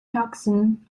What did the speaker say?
tucson